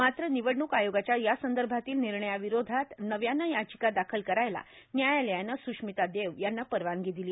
मात्र निवडणूक आयोगाच्या यासंदभातल्या र्भिणयांवरोधात नव्यानं यार्थाचका दाखल करायला न्यायालयानं स्रश्मिता देव यांना परवानगी दिली